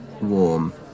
warm